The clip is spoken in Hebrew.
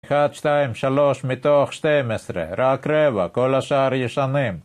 1,2,3 מתוך 12, רק רבע, כל השאר ישנים